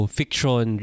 fiction